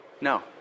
No